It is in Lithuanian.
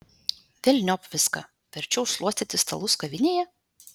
velniop viską verčiau šluostyti stalus kavinėje